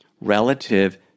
relative